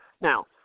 Now